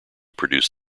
produced